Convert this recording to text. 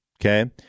Okay